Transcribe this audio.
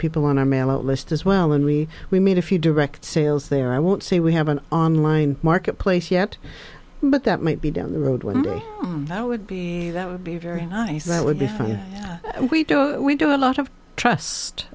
people want to mail out list as well and we we made a few direct sales there i won't say we have an online marketplace yet but that might be down the road when that would be that would be very nice it would be for you we do we do a lot of trust